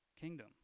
kingdom